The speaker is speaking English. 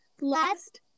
last